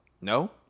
No